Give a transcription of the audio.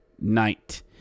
night